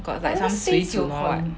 got like some 水准 loh like